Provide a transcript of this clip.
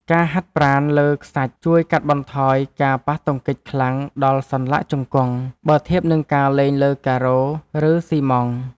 ការហាត់ប្រាណលើខ្សាច់ជួយកាត់បន្ថយការប៉ះទង្គិចខ្លាំងដល់សន្លាក់ជង្គង់ បើធៀបនឹងការលេងលើការ៉ូ ឬស៊ីម៉ង់ត៍។